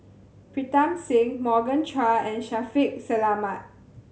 Pritam Singh Morgan Chua and Shaffiq Selamat